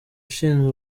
ushinzwe